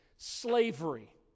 Slavery